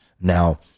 Now